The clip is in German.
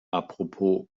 apropos